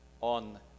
on